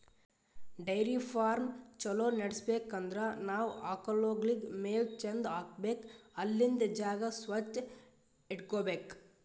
dairy farm ಛಲೋ ನಡ್ಸ್ಬೇಕ್ ಅಂದ್ರ ನಾವ್ ಆಕಳ್ಗೋಳಿಗ್ ಮೇವ್ ಚಂದ್ ಹಾಕ್ಬೇಕ್ ಅಲ್ಲಿಂದ್ ಜಾಗ ಸ್ವಚ್ಚ್ ಇಟಗೋಬೇಕ್